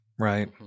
right